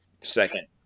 second